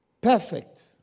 perfect